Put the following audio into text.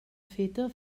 feta